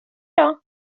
dag